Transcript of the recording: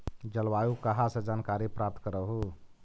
जलवायु कहा से जानकारी प्राप्त करहू?